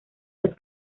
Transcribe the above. los